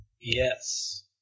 Yes